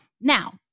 Now